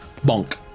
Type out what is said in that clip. bonk